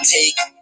Take